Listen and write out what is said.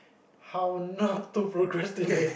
how not to procrastinate